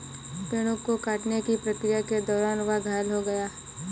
पेड़ों को काटने की प्रक्रिया के दौरान वह घायल हो गया